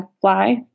fly